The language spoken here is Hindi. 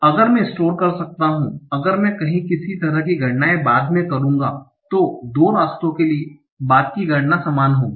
अगर मैं स्टोर कर सकता हूं अगर मैं कही किसी तरह की गणनाएं बाद में करूँगा तो 2 रास्तों के लिए बाद की गणना समान होगी